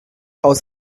aus